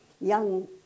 young